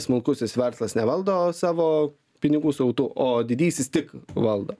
smulkusis verslas nevaldo savo pinigų srautų o didysis tik valdo